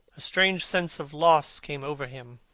a strange sense of loss came over him.